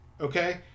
okay